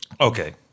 Okay